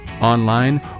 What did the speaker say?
online